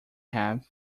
have